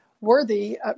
worthy